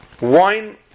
wine